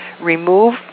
remove